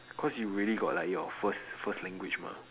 cause you really got like your first first language mah